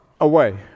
away